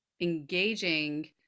engaging